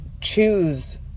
choose